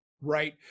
right